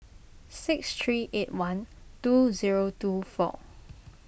six three eight one two zero two four